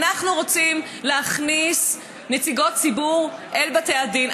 אנחנו רוצים להכניס נציגות ציבור אל בתי הדין.